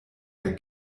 der